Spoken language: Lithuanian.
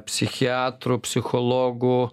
psichiatrų psichologų